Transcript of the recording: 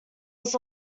was